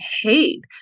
hate